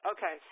Okay